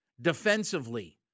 Defensively